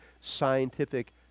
scientific